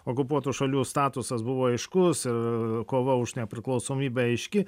okupuotų šalių statusas buvo aiškus ir ir kova už nepriklausomybę aiški